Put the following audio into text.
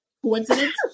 Coincidence